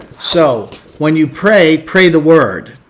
so when you pray, pray the word,